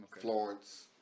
Florence